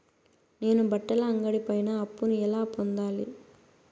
నేను బట్టల అంగడి పైన అప్పును ఎలా పొందాలి?